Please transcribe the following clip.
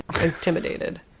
intimidated